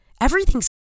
everything's